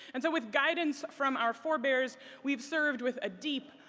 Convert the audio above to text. and so with guidance from our forbearers, we've served with a deep,